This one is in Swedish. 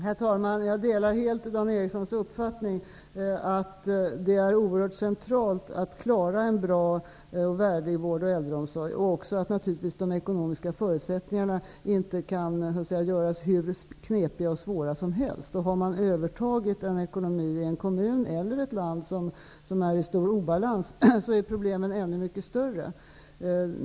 Herr talman! Jag delar helt Dan Ericssons uppfattning att det är oerhört centralt att klara en bra och värdig vård och äldreomsorg och att de ekonomiska förutsättningarna inte kan göras hur svåra som helst. Om man har övertagit ekonomin i en kommun eller ett land där den är i stor obalans är problemen ännu mycket större.